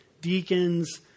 deacons